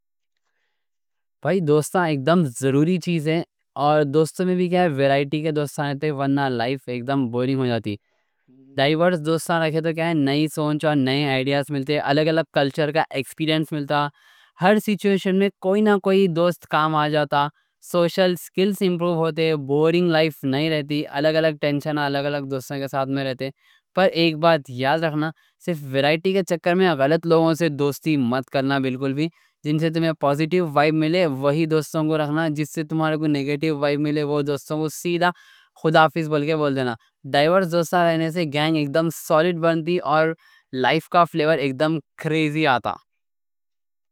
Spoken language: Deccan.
بھائی دوستاں اکدم ضروری چیز ہے اور دوستاں میں بھی کیا ہے، ورائٹی کے دوستاں رہتے ہیں ورنہ لائف اکدم بورنگ ہو جاتی ڈائیورس دوستاں رہتے تو کیا ہے، نئی سوچ اور نئے آئیڈیاز ملتے ہیں الگ الگ کلچر کا ایکسپیرینس ملتا ہر سیچویشن میں کوئی نہ کوئی دوست کام آ جاتا سوشل سکلز امپرو ہوتے ہیں، بورنگ لائف نہیں رہتی الگ الگ ٹینشن الگ الگ دوستاں کے ساتھ میں رہتے ہیں پر ایک بات یاد رکھنا، صرف ورائٹی کے چکر میں غلط لوگوں سے دوستی مت کرنا بالکل بھی جن سے تمہیں پازیٹو وائب ملے وہی دوستاں کو رکھنا جس سے تمہارے کو نیگیٹو وائب ملے وہ دوستاں کو سیدھا خدا حافظ بلکہ بول جانا ڈائیورس دوستاں رہنے سے گینگ اکدم سولیڈ بنتی اور لائف کا فلیور اکدم کریزی آتا